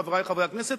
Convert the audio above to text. חברי חברי הכנסת,